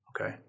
Okay